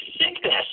sickness